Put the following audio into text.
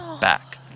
back